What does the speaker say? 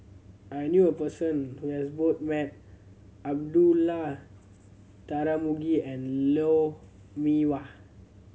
I knew a person who has both met Abdullah Tarmugi and Lou Mee Wah